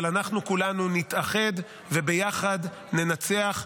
אבל אנחנו כולנו נתאחד וביחד ננצח,